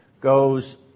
goes